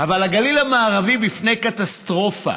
אבל הגליל המערבי בפני קטסטרופה.